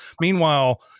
Meanwhile